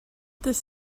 this